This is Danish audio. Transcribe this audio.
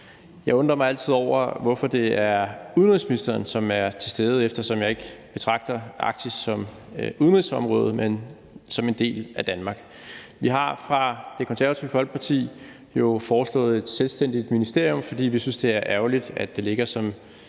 Jeg undrer mig altid over, hvorfor det er, at det er udenrigsministeren, som er til stede, eftersom jeg ikke betragter Arktis som et udenrigsområde, men som en del af Danmark. Vi har fra Det Konservative Folkepartis side jo foreslået et selvstændigt ministerium, fordi vi synes, det er ærgerligt, at det ligger som